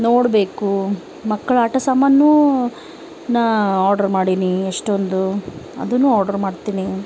ನೋಡಬೇಕು ಮಕ್ಕಳ ಆಟ ಸಾಮಾನೂ ನಾ ಆರ್ಡರ್ ಮಾಡೀನಿ ಎಷ್ಟೊಂದು ಅದು ಆರ್ಡರ್ ಮಾಡ್ತೀನಿ